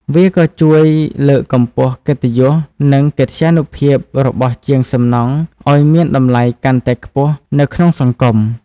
វាក៏ជួយលើកកម្ពស់កិត្តិយសនិងកិត្យានុភាពរបស់ជាងសំណង់ឱ្យមានតម្លៃកាន់តែខ្ពស់នៅក្នុងសង្គម។